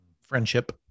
Friendship